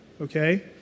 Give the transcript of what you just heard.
okay